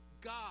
God